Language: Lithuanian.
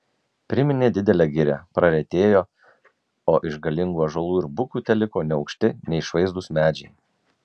priminė didelę girią praretėjo o iš galingų ąžuolų ir bukų teliko neaukšti neišvaizdūs medžiai